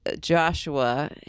Joshua